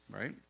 right